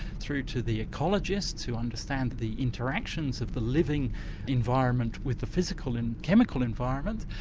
through to the ecologists who understand the interactions of the living environment with the physical and chemical environment,